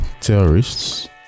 Terrorists